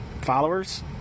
followers